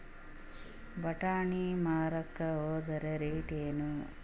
ಬಟಾನಿ ಮಾರಾಕ್ ಹೋದರ ರೇಟೇನು?